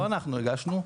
לא אנחנו הגשנו.